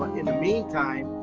in the meantime,